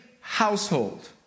household